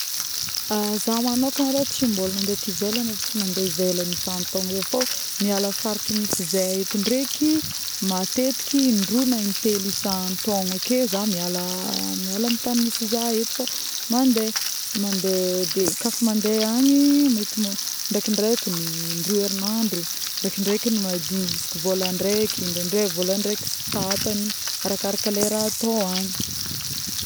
˂hesitation˃ za magnokana lôha mbôla ts mandeha ty ivelagny ary tsy mandeha ivelagny isan-taogno fô miala ny faritry misy zahay eo ndraiky matetika in-droa na in-telo isan-taogno ake, za miala amin'ny tagny misy za eto fô mandeha, mandeha de ka fa mandeha agny ndraiky ndraiky in-droa herinandro, ndraikindraiky madigny ziska volagn-draiky nadraindray volan-draiky sy tapagny arakaraka le raha atao agny.